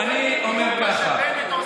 זה בדיוק מה שבנט עושה,